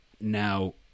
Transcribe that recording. now